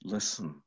Listen